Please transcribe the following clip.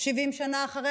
70 שנה אחרי?